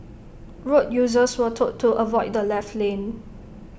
road users were told to avoid the left lane